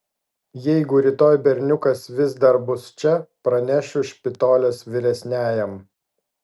jeigu rytoj berniukas vis dar bus čia pranešiu špitolės vyresniajam